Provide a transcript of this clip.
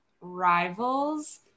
rivals